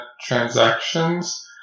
transactions